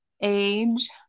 age